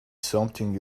something